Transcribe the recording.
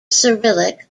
cyrillic